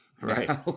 right